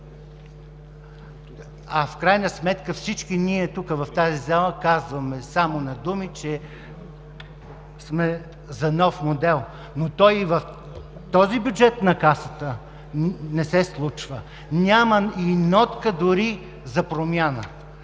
а в крайна сметка всички ние тук, в тази зала, казваме само на думи, че сме за нов модел. Но и в този бюджет на Касата той не се случва. Няма дори и нотка за промяна.